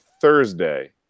Thursday